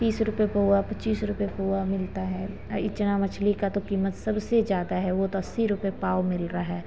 तीस रुपये पौवा पच्चीस रुपये पौवा मिलता है इचना मछली का तो कीमत सबसे ज़्यादा है वह तो अस्सी रुपये पाव मिल रहा है